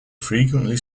frequently